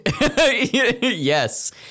Yes